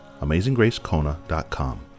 amazinggracekona.com